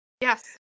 Yes